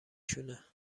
شونه